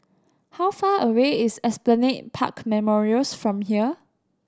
how far away is Esplanade Park Memorials from here